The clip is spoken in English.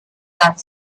that